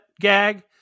gag